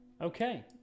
Okay